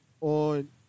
on